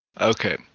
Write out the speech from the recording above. Okay